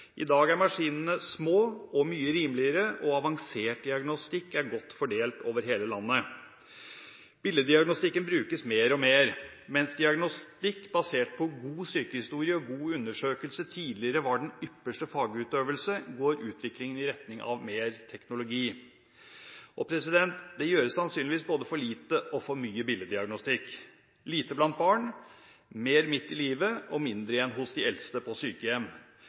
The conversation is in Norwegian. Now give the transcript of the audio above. I dag er maskinene små og mye rimeligere, og avansert diagnostikk er godt fordelt over hele landet. Billeddiagnostikken brukes mer og mer. Mens diagnostikk basert på god sykehistorie og god undersøkelse tidligere var den ypperste fagutøvelse, går utviklingen i retning av mer teknologi. Det gjøres sannsynligvis både for lite og for mye billeddiagnostikk – lite blant barn, mer midt i livet og mindre igjen hos de eldste på sykehjem.